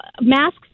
masks